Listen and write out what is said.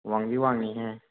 ꯋꯥꯡꯗꯤ ꯋꯥꯡꯉꯤꯍꯦ